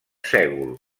sègol